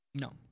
No